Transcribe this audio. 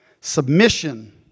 Submission